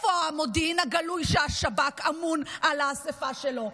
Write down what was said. איפה המודיעין הגלוי, שהשב"כ אמון על האיסוף שלו?